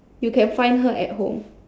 you can find her at home